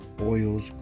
oils